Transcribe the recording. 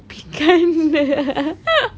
pinggan